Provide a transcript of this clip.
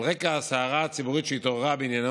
על רקע הסערה הציבורית שהתעוררה בעניינו